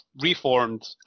Reformed